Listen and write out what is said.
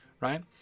right